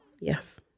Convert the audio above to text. yes